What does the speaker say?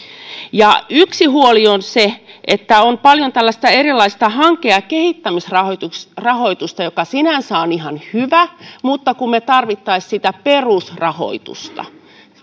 ja yksi huoli on se että on paljon erilaista hanke ja ja kehittämisrahoitusta joka sinänsä on ihan hyvä mutta kun me tarvitsisimme sitä perusrahoitusta